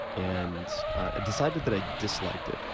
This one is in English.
and ah decided that i disliked it,